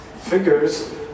figures